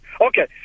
Okay